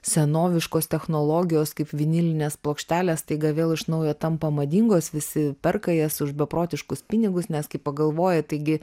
senoviškos technologijos kaip vinilinės plokštelės staiga vėl iš naujo tampa madingos visi perka jas už beprotiškus pinigus nes kai pagalvoji taigi